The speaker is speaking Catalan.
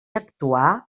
actuar